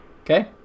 Okay